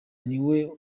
niwe